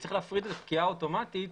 צריך להפריד את הפקיעה האוטומטית